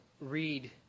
read